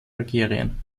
algerien